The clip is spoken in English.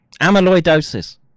Amyloidosis